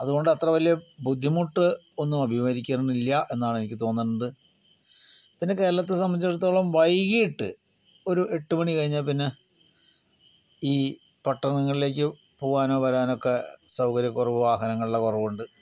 അതുകൊണ്ടത്ര വലിയ ബുദ്ധിമുട്ട് ഒന്ന് അഭിമുഖീകരിക്കണില്ല എന്നാണ് എനിക്ക് തോന്നാറുണ്ട് പിന്നെ കേരളത്തെ സംബന്ധിച്ചിടത്തോളം വൈകിട്ട് ഒരു എട്ട് മണി കഴിഞ്ഞാൽ പിന്നെ ഈ പട്ടണങ്ങളിലേക്ക് പോവാനോ വരാനൊക്കെ സൗകര്യക്കുറവ് വാഹനങ്ങളുടെ കുറവുണ്ട്